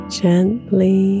gently